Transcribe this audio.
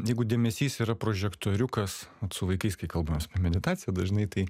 jeigu dėmesys yra prožektoriukas su vaikais kai kalbamės meditacija dažnai tai